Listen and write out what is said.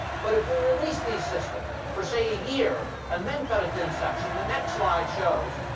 but if we release these systems for, say, a year, and then cut a thin section, the next slide shows